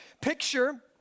Picture